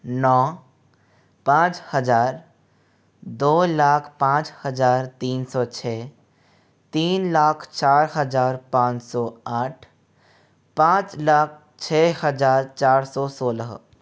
नौ पाँच हज़ार दो लाख पाँच हज़ार तिन सौ छः तीन लाख चार हज़ार पाँच सौ आठ पाँच लाख छः हज़ार चार सौ सोलह